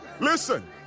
listen